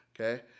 okay